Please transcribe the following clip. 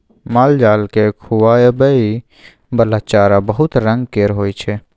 मालजाल केँ खुआबइ बला चारा बहुत रंग केर होइ छै